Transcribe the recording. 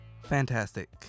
Fantastic